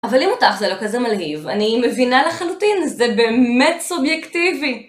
אבל אם אותך זה לא כזה מלהיב, אני מבינה לחלוטין, זה באמת סובייקטיבי!